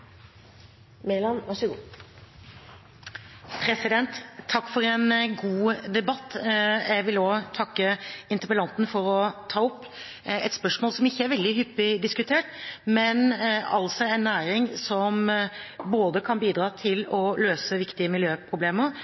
Det gjelder så vel statlige myndigheter som direktorater og departementer, og selvfølgelig også kommunal sektor, som må tilby sine muligheter og ressurser. Takk for en god debatt. Jeg vil takke interpellanten for å ta opp et spørsmål som ikke er veldig hyppig diskutert, om en næring som både kan bidra